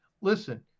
listen